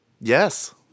Yes